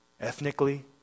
ethnically